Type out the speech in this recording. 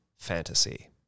Fantasy